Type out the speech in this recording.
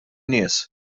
nies